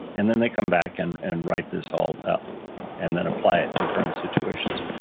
and then they come back and and write this all up and then apply it to current situations.